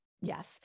Yes